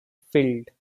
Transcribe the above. filled